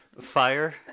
fire